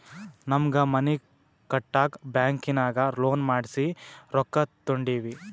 ನಮ್ಮ್ಗ್ ಮನಿ ಕಟ್ಟಾಕ್ ಬ್ಯಾಂಕಿನಾಗ ಲೋನ್ ಮಾಡ್ಸಿ ರೊಕ್ಕಾ ತೊಂಡಿವಿ